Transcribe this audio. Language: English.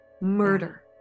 murder